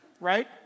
Right